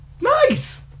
Nice